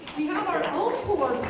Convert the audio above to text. we have our own poor